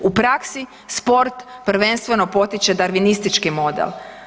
U praksi, sport prvenstveno potiče darvinistički model.